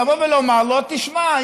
לבוא ולומר לו: תשמע,